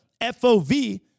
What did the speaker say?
FOV